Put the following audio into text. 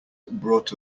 brought